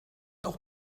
auch